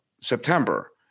September